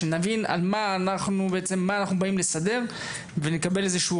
כדי שנבין מה אנחנו באים לסדר ונקבל איזשהו